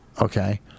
Okay